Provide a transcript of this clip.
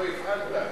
שוב לא הפעלת?